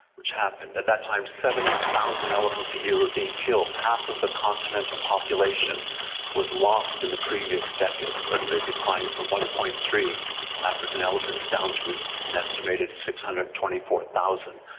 which happened, at that time seventy thousand elephants a year were being killed, half of the continental population was lost in the previous decade where they declined from one. three african elephants down to an estimated six hundred and twenty four thousand.